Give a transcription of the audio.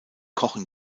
kochen